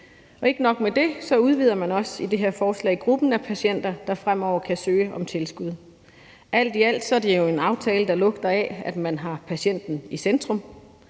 Ikke nok med det, man udvider også i det her forslag gruppen af patienter, der fremover kan søge om tilskud. Alt i alt er det en aftale, der lugter af, at man har patienten i centrum,